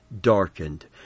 darkened